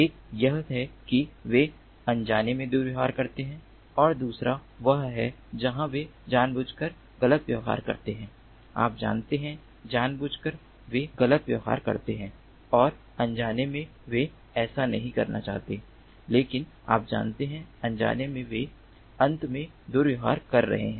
एक यह है कि वे अनजाने में दुर्व्यवहार करते हैं और दूसरा वह है जहां वे जानबूझकर गलत व्यवहार करते हैं आप जानते हैं जानबूझकर वे गलत व्यवहार करते हैं और अनजाने में वे ऐसा नहीं करना चाहते हैं लेकिन आप जानते हैं अनजाने में वे अंत में दुर्व्यवहार कर रहे हैं